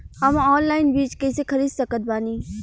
हम ऑनलाइन बीज कइसे खरीद सकत बानी?